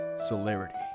Celerity